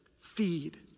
feed